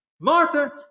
Martha